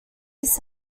his